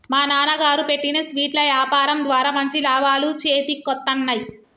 మా నాన్నగారు పెట్టిన స్వీట్ల యాపారం ద్వారా మంచి లాభాలు చేతికొత్తన్నయ్